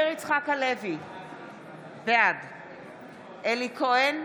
בעד אלי כהן,